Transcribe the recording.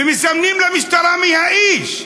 ומסמנים למשטרה מי האיש,